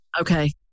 Okay